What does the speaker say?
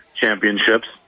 championships